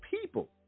people